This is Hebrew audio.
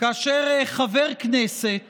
כאשר חבר כנסת